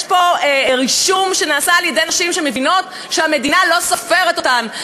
יש פה רישום שנעשה על-ידי נשים שמבינות שהמדינה לא סופרת אותן,